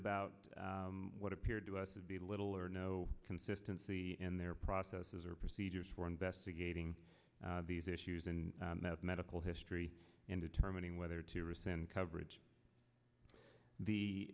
about what appeared to us to be little or no consistency in their processes or procedures for investigating these issues and that medical history in determining whether to rescind coverage the